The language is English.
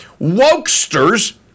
Wokesters